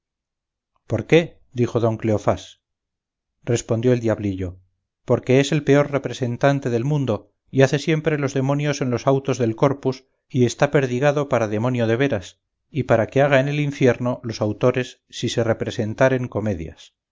por qué dijo don cleofás respondió el diablillo porque es el peor representante del mundo y hace siempre los demonios en los autos del corpus y está perdigado para demonio de veras y para que haga en el infierno los autores si se representaren comedias